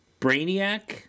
Brainiac